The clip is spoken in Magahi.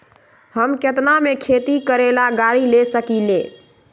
हम केतना में खेती करेला गाड़ी ले सकींले?